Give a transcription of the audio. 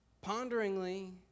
ponderingly